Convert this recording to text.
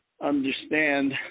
understand